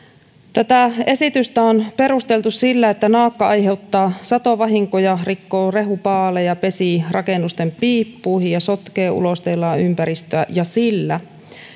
tätä esitystä on perusteltu sillä että naakka aiheuttaa satovahinkoja rikkoo rehupaaleja pesii rakennusten piippuihin ja sotkee ulosteillaan ympäristöä ja sillä